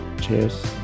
Cheers